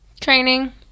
Training